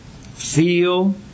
feel